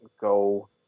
go